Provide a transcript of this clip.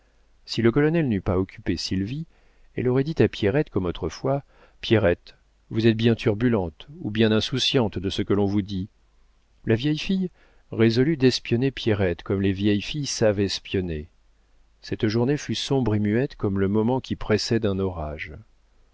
si le colonel n'eût pas occupé sylvie elle aurait dit à pierrette comme autrefois pierrette vous êtes bien turbulente ou bien insouciante de ce que l'on vous dit la vieille fille résolut d'espionner pierrette comme les vieilles filles savent espionner cette journée fut sombre et muette comme le moment qui précède un orage